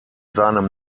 seinem